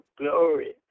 glory